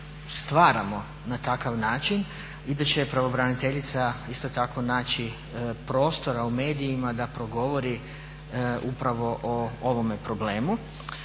stvaramo na takav način i da će pravobraniteljica isto tako naći prostora u medijima da progovori upravo o ovome problemu.